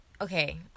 Okay